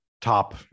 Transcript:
top